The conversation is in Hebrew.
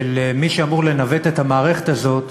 של מי שאמור לנווט את המערכת הזאת,